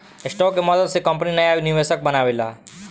stock के मदद से कंपनी नाया निवेशक बनावेला